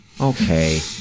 Okay